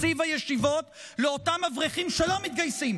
תקציב הישיבות לאותם אברכים שלא מתגייסים